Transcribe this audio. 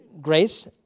grace